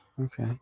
Okay